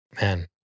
man